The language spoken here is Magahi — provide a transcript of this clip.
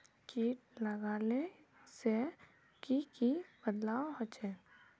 किट लगाले से की की बदलाव होचए?